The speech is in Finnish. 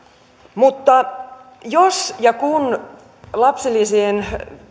mutta jos ja kun